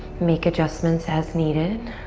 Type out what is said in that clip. make adjustments as needed.